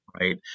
right